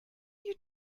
you